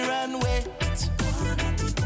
Runway